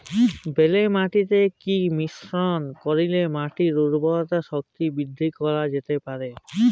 বেলে মাটিতে কি মিশ্রণ করিলে মাটির উর্বরতা শক্তি বৃদ্ধি করা যেতে পারে?